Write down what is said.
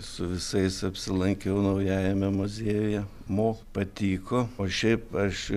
su visais apsilankiau naujajame muziejuje mo patiko o šiaip aš